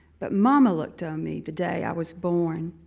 but mama looked on me, the day i was born,